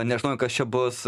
nežinojai kas čia bus